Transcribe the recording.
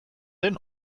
den